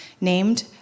named